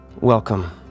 Welcome